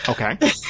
Okay